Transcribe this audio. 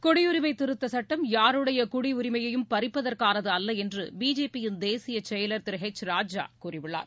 குடியரிமை திருத்த சுட்டம் யாருடைய குடியுரிமையையும் பறிப்பதற்கானது அல்ல என்று பிஜேபியின் தேசிய செயலர் திரு ஹெச் ராஜா கூறியுள்ளார்